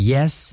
Yes